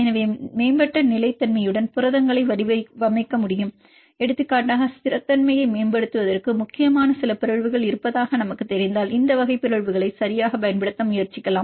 எனவே மேம்பட்ட நிலைத்தன்மையுடன் புரதங்களை வடிவமைக்க முடியும் எடுத்துக்காட்டாக ஸ்திரத்தன்மையை மேம்படுத்துவதற்கு முக்கியமான சில பிறழ்வுகள் இருப்பதாக நமக்கு தெரிந்தால் இந்த வகை பிறழ்வுகளை சரியாகப் பயன்படுத்த முயற்சிக்கவும்